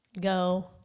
go